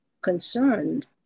concerned